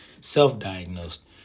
self-diagnosed